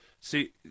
See